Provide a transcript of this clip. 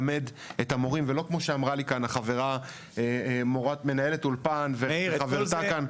ולא כמו שאמרה לי כאן החברה מנהלת האולפן וחברתה כאן,